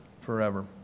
forever